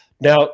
Now